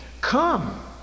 Come